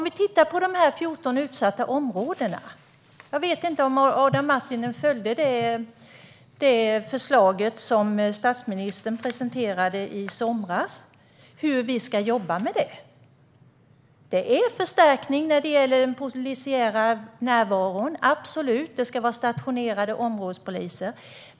Vad gäller dessa 14 utsatta områden vet jag inte om Adam Marttinen är bekant med det förslag som statsministern presenterade i somras på hur vi ska jobba med denna fråga. Förslaget innebär förstärkning när det gäller den polisiära närvaron. Det ska finnas stationerade områdespoliser.